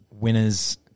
winners